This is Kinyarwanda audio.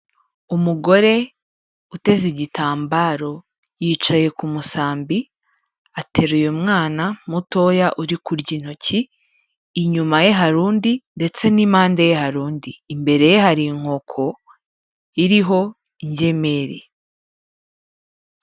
Umugore uteze igitambaro, yicaye ku musambi ateraruye mwana mutoya uri kurya intoki, inyuma ye hari undi ndetse n'impande ye hari undi, imbere ye hari inkoko iriho ingemeri.